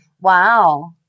Wow